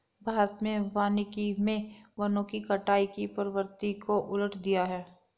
भारत में वानिकी मे वनों की कटाई की प्रवृत्ति को उलट दिया है